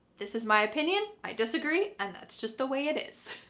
this is my opinion. i disagree. and that's just the way it is.